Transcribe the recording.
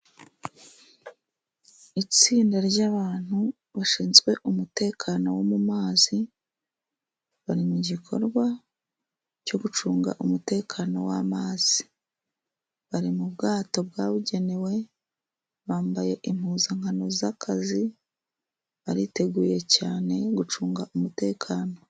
Itsinda ry'abantu bashinzwe umutekano wo mu mazi, bari mu gikorwa cyo gucunga umutekano w'amazi. Bari mu bwato bwabugenewe, bambaye impuzankano z'akazi, bariteguye cyane gucunga umutekano.